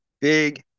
big